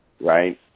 right